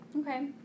Okay